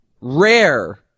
Rare